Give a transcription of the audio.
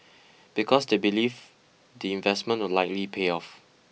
because they believe the investment will likely pay off